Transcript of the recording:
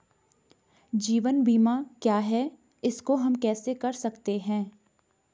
जीवन बीमा क्या है इसको हम कैसे कर सकते हैं?